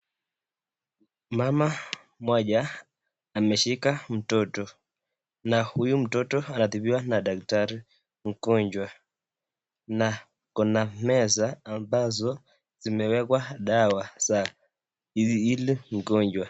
Mama mmoja ameshika mtoto na huyu mtoto anatibiwa na daktari mgonjwa na kuna meza ambazo zimewekwa dawa la hili mgonjwa.